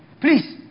Please